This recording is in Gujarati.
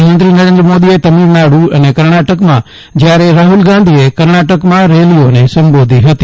પ્રધાનમંત્રી નરેન્દ્રમોદી ગઈ કાલે તમિળનાડુ અને કર્ણાટકમાં જયારે શ્રી રાહુલ ગાંધીએ કર્ણાટકમાં રેલીઓને સંબોધી હતી